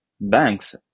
banks